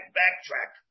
backtrack